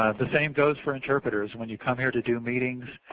the same goes for interpreters. when you come here to do meetings,